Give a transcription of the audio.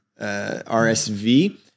RSV